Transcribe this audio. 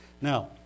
Now